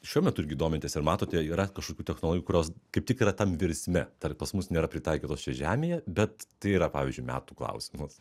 šiuo metu irgi domitės ir matote yra kažkokių technologijų kurios kaip tik yra tam virsme dar pas mus nėra pritaikytos čia žemėje bet tai yra pavyzdžiui metų klausimas